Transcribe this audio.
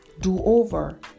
Do-Over